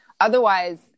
Otherwise